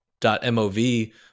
.mov